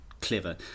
clever